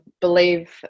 believe